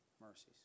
Mercies